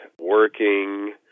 working